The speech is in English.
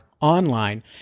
Online